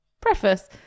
Preface